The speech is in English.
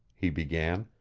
he began,